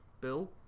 Bill